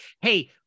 hey-